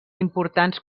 importants